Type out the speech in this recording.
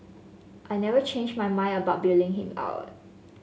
I never changed my mind about bailing him out